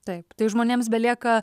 taip tai žmonėms belieka